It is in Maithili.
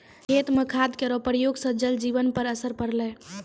खेत म खाद केरो प्रयोग सँ जल जीवन पर असर पड़लै